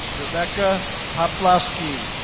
rebekah poplawski.